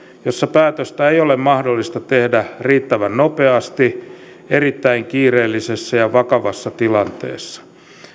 joissa päätöstä ei ole mahdollista tehdä riittävän nopeasti erittäin kiireellisessä ja vakavassa tilanteessa